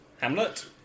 Hamlet